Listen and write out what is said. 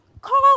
call